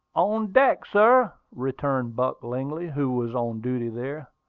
on deck, sir! returned buck lingley, who was on duty there.